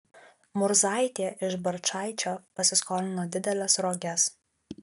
murzaitė iš barčaičio pasiskolino dideles roges